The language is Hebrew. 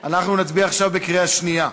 אנחנו נצביע עכשיו בקריאה שנייה.